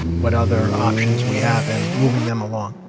what other options we have in moving them along.